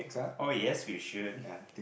oh yes we should